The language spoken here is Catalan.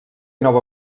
nova